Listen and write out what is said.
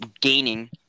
gaining